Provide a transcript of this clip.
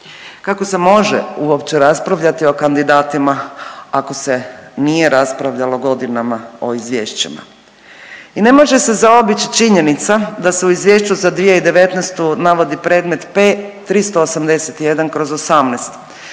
Kako se može uopće raspravljati o kandidatima ako se nije raspravljalo godinama o izvješćima? I ne može se zaobić činjenica da se u izvješću za 2019. navodi predmet P-381/18